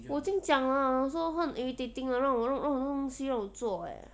我已经讲了我说他很 irritating 让我让我弄东西让我做 eh